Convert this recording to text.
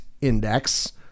Index